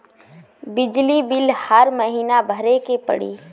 बिजली बिल हर महीना भरे के पड़ी?